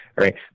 right